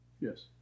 Yes